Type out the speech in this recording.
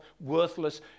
worthless